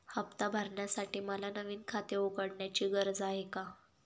हफ्ता भरण्यासाठी मला नवीन खाते उघडण्याची गरज आहे का?